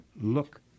Look